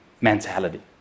mentality